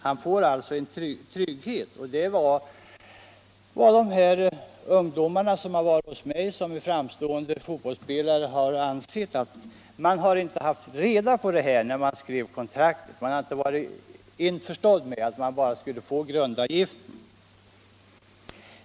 Han får alltså en trygghet, och det är vad de här ungdomarna, framstående fotbollsspelare som har besökt mig, anser. Man har inte när kontraktet skrevs haft reda på att man bara skulle få grundavgiften.